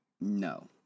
No